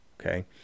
okay